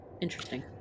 Interesting